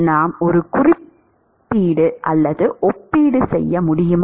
நாம் ஒரு ஒப்பீடு செய்ய முடியுமா